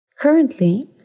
Currently